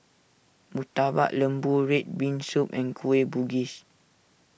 Murtabak Lembu Red Bean Soup and Kueh Bugis